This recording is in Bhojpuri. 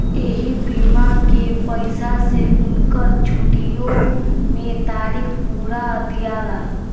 ऐही बीमा के पईसा से उनकर छुट्टीओ मे तारीख पुरा दियाला